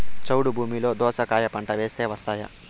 చౌడు భూమిలో దోస కాయ పంట వేస్తే వస్తాయా?